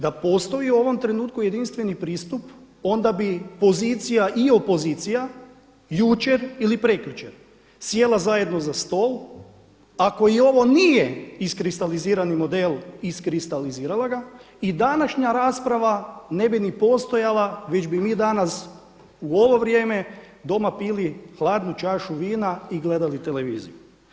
Da postoji u ovom trenutku jedinstveni pristup onda bi pozicija i opozicija jučer ili prekjučer sjela zajedno za stol ako ovo i nije iskristalizirani model iskristalizirala ga i današnja rasprava ne bi ni postojala već bi mi danas u ovo vrijeme doma pili hladnu čašu vina i gledali televiziju.